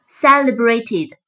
celebrated